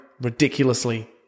ridiculously